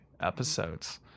episodes